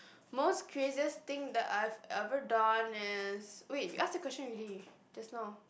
most craziest thing that I've ever done is wait you ask that question already just now